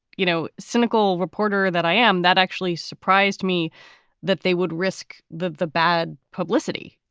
you know, cynical reporter that i am that actually surprised me that they would risk the the bad publicity,